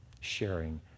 sharing